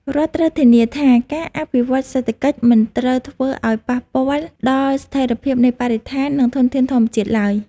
រដ្ឋត្រូវធានាថាការអភិវឌ្ឍសេដ្ឋកិច្ចមិនត្រូវធ្វើឱ្យប៉ះពាល់ដល់ស្ថិរភាពនៃបរិស្ថាន និងធនធានធម្មជាតិឡើយ។